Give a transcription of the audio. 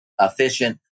efficient